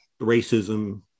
racism